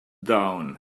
down